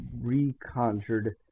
re-conjured